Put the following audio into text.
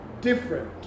different